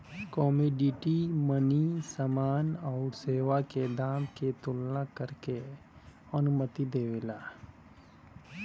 commodity money समान आउर सेवा के दाम क तुलना करे क अनुमति देवला